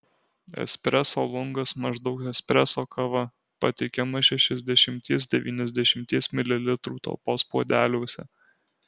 espreso lungas maždaug espreso kava pateikiama šešiasdešimties devyniasdešimties mililitrų talpos puodeliuose